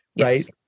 right